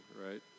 right